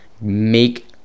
make